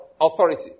authority